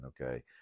okay